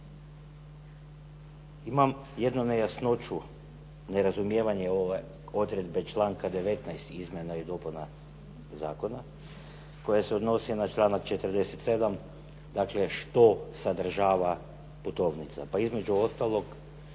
Imam jednu nejasnoću, nerazumijevanje ove odredbe članka 19. izmjena i dopuna zakona koja se odnosi na članak 47., dakle što sadržava putovnica. Pa između ostalog,